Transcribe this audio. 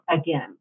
again